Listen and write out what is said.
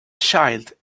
child